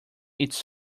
its